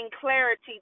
clarity